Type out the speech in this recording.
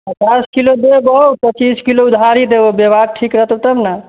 पचास किलो देबौ पच्चीस किलो उधारी देबौ व्यवहार ठीक रहतौ तब ने